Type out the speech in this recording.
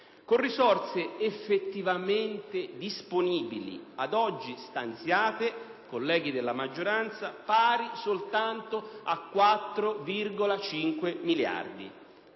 con risorse effettivamente disponibili ad oggi stanziate, colleghi della maggioranza, pari soltanto a 4,5 miliardi